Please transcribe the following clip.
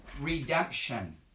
Redemption